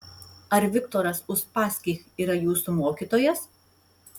ar viktoras uspaskich yra jūsų mokytojas